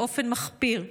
באופן מחפיר,